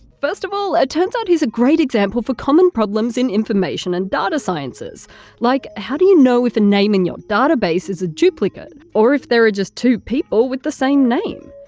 first of all, it turns out he's a great example for common problems in information and data sciences like how do you know if a name in your database is a duplicate or if there are just two people with the same name?